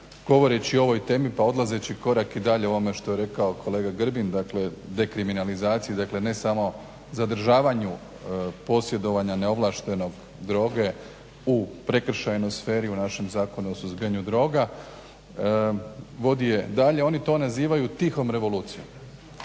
govoreći o ovoj temi pa odlazeći korak dalje u onome što je rekao kolega Grbin, dakle dekriminalizacija, dakle ne samo zadržavanju posjedovanja neovlaštenog droge u prekršajnoj sferi, u našem zakonu o suzbijanju droga, vodi je dalje. Oni to nazivaju tihom revolucijom.